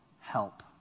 help